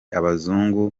abazungu